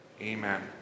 Amen